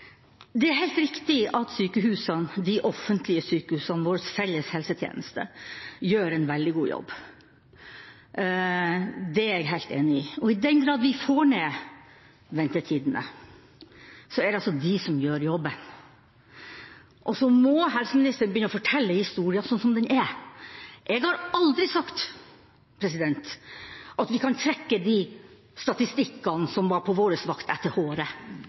Det er helt riktig at de offentlige sykehusene – vår felles helsetjeneste – gjør en veldig god jobb. Det er jeg helt enig i, og i den grad vi får ned ventetidene, er det de som gjør jobben. Helseministeren må begynne å fortelle historia som den er. Jeg har aldri sagt at vi kan trekke de statistikkene som var på vår vakt, etter